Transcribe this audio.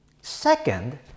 Second